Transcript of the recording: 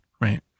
Right